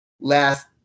last